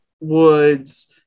Woods